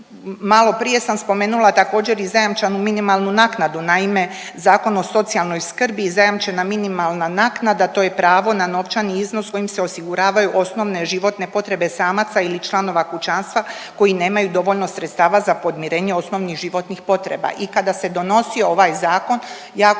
Malo prije sam spomenula također i zajamčenu minimalnu naknadu. Naime, Zakon o socijalnoj skrbi, zajamčena minimalna naknada to je pravo na novčani iznos kojim se osiguravaju osnovne životne potrebe samaca ili članova kućanstva koji nemaju dovoljno sredstava za podmirenje osnovnih životnih potreba. I kada se donosio ovaj zakon jako